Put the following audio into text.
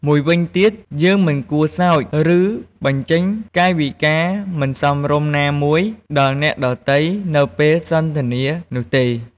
មួយវិញទៀត យើងមិនគួរសើច ឬបញ្ចេញកាយវិការមិនសមរម្យណាមួយដល់អ្នកដទៃនៅពេលសន្ទនានោះទេ។